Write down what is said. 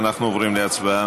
אנחנו עוברים להצבעה.